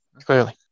Clearly